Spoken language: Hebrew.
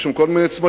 יש שם כל מיני צמתים,